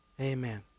amen